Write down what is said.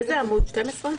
זה עמוד 12?